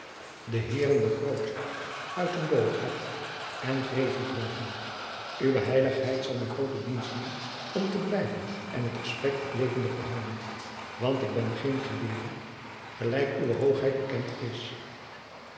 h zal mij groote dienst doen om te blijven en het gesprek wat levendig te houden want ik ben geen geleerde gelijk uwe h bekend is